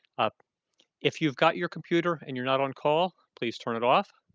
um if you've got your computer and you're not on call, please turn it off.